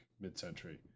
mid-century